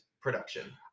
production